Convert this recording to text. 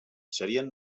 serien